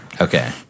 okay